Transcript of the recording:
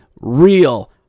real